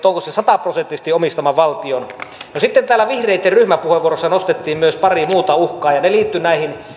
onko posti sataprosenttisesti valtion omistama sitten täällä vihreitten ryhmäpuheenvuorossa nostettiin myös pari muuta uhkaa ja ne liittyivät näihin